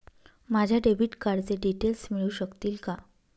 माझ्या डेबिट कार्डचे डिटेल्स मिळू शकतील का?